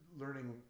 learning